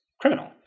criminal